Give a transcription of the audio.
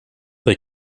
they